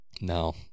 no